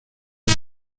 los